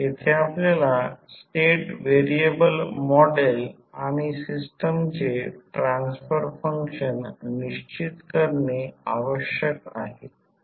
येथे आपल्याला state variable model आणि सिस्टमचे ट्रान्सफर फंक्शन निश्चित करणे आवश्यक आहे